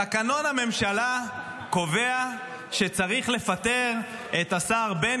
תקנון הממשלה קובע שצריך לפטר את השר בן